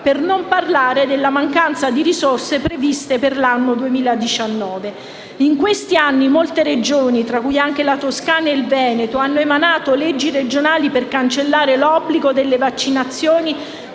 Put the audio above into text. per non parlare della mancanza di risorse previste per l'anno 2019. In questi anni molte Regioni, tra cui la Toscana e il Veneto, hanno emanato leggi regionali per cancellare l'obbligo delle vaccinazioni